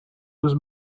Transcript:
was